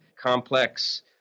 complex